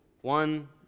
one